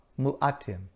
mu'atim